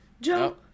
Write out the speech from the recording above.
Joe